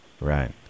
Right